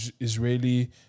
Israeli